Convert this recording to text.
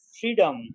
freedom